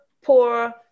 poor